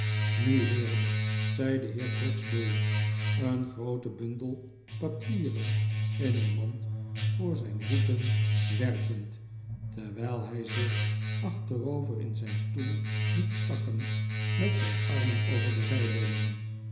nu heeren zei de heer gregsbury een grooten bundel papieren in een mand voor zijn voeten werpend terwijl hij zich achterover in zijn stoel liet zakken met zijn armen over de